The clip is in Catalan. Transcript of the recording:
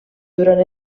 durant